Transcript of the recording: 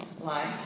life